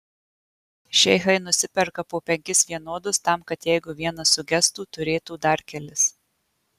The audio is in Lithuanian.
šeichai nusiperka po penkis vienodus tam kad jeigu vienas sugestų turėtų dar kelis